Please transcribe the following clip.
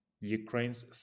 Ukraine's